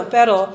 Pero